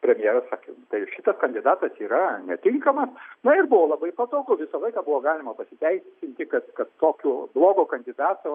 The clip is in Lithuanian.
premjeras sakė tai jau šitas kandidatas yra netinkamas na ir buvo labai patogu visą laiką buvo galima pasiteisinti kad kad tokio blogo kandidato